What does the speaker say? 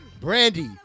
Brandy